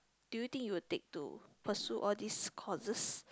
do you think you will take to pursue all these courses